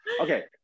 okay